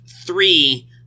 three